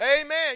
Amen